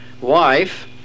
wife